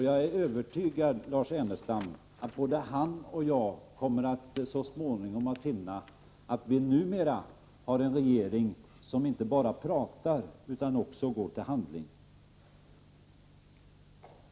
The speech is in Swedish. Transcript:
Jag är övertygad om att både Lars Ernestam och jag så småningom kommer att finna att vi numera har en regering som inte bara pratar utan också går till handling.